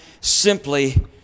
simply